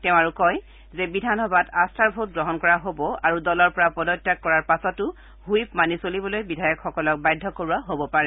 তেওঁ আৰু কয় যে বিধানসভাত আস্থাৰ ভোট গ্ৰহণ কৰা হব আৰু দলৰ পৰা পদত্যাগ কৰাৰ পাছতো হুইপ মানি চলিবলৈ বিধায়কসকলক বাধ্য কৰোৱা হব পাৰে